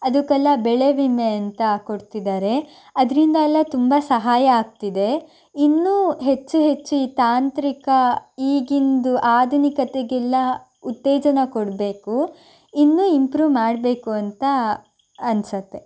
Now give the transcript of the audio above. ಅದಕ್ಕೆಲ್ಲ ಬೆಳೆ ವಿಮೆ ಅಂತ ಕೊಡ್ತಿದ್ದಾರೆ ಅದರಿಂದ ಎಲ್ಲ ತುಂಬ ಸಹಾಯ ಆಗ್ತಿದೆ ಇನ್ನೂ ಹೆಚ್ಚು ಹೆಚ್ಚು ಈ ತಾಂತ್ರಿಕ ಈಗಿನದು ಆಧುನಿಕತೆಗೆಲ್ಲ ಉತ್ತೇಜನ ಕೊಡಬೇಕು ಇನ್ನೂ ಇಂಪ್ರೂವ್ ಮಾಡಬೇಕು ಅಂತ ಅನಿಸತ್ತೆ